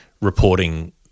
reporting